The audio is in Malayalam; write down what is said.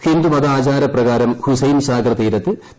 ഹിന്ദുമതാചാര പ്രകാരം ഹുസൈൻ സാഗർ തീരത്ത് പി